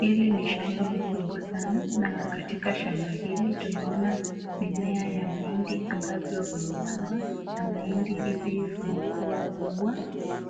Hili ni shamba kubwa sana na katika shamba hili tunaona mimea ya mahindi ambavyo vimepandwa na mahindi hivi ni kubwa